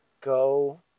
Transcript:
Go